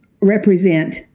represent